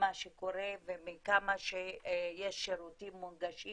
ממה שקורה ומכמה שיש שירותים מונגשים